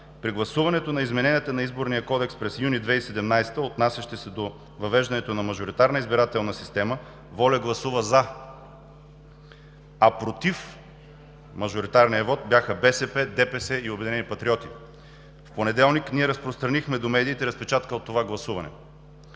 при гласуването на измененията на Изборния кодекс през месец юни 2017 г., отнасящи се до въвеждането на мажоритарна избирателна система, ВОЛЯ гласува „за“, а „против“ мажоритарния вот бяха БСП, ДПС и „Обединени патриоти“. В понеделник ние разпространихме до медиите разпечатка от това гласуване.